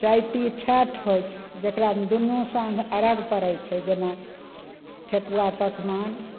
चैती छठ होइ छै जकरामे दुनू साँझ अर्घ पड़य छै जेना ठेकुआ पकवान